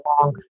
long